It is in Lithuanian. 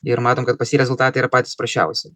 ir matom kad pas jį rezultatai ir patys prasčiausi